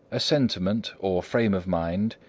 a sentiment, or frame of mind,